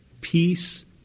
peace